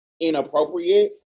inappropriate